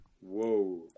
whoa